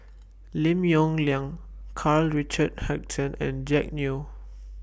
Lim Yong Liang Karl Richard Hanitsch and Jack Neo